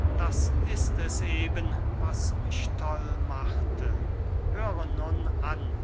das ist eben was mich toll machte höre nur an